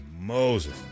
Moses